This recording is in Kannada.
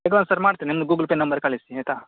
ಅಡ್ವಾನ್ಸ್ ಸರ್ ಮಾಡ್ತಿನಿ ನಿಮ್ದು ಗೂಗಲ್ ಪೇ ನಂಬರ್ ಕಳಿಸಿ ಆಯಿತಾ